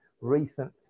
recent